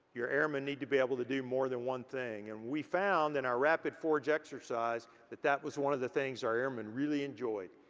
you're airmen need to be able to do more than one thing. and we found in and our rapid forge exercise that that was one of the things our airmen really enjoyed,